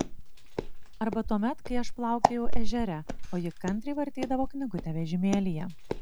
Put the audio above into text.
arba tuomet kai aš plaukiojau ežere o ji kantriai vartydavo knygutę vežimėlyje